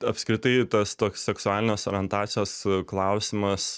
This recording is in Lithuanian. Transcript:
apskritai tas toks seksualinės orientacijos klausimas